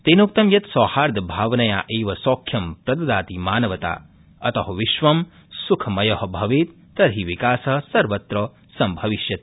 तेनोक्तं यत् सौहार्दभावनया एव सौख्यं प्रददाति मानवता अत विश्वं सुखमय भवेत् तर्हि विकास सर्वत्र सम्भविष्यति